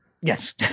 Yes